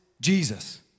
Jesus